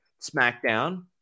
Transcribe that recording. SmackDown